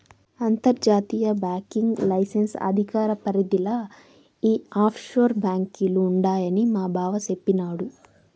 అంతర్జాతీయ banking licence అధికార పరిదిల ఈ ఆప్షోర్ బాంకీలు ఉండాయని మాబావ సెప్పిన్నాడు